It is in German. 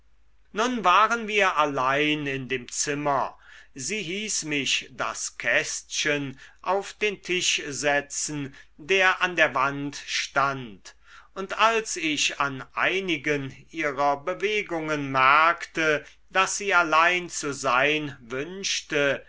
nun waren wir allein in dem zimmer sie hieß mich das kästchen auf den tisch setzen der an der wand stand und als ich an einigen ihrer bewegungen merkte daß sie allein zu sein wünschte